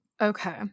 okay